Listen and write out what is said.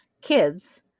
kids